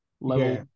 level